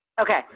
Okay